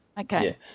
Okay